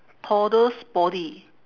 toddler's body